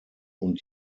und